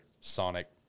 Sonic